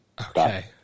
Okay